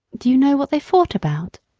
do you know what they fought about?